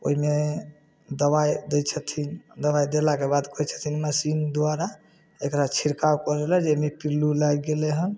ओहिमे दवाइ दै छथिन दवाइ देलाके बाद कहै छथिन मशीन द्वारा एकरा छिड़काव कऽ लैलए जे एहिमे पिल्लू लागि गेलै हँ